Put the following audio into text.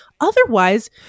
Otherwise